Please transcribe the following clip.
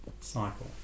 cycle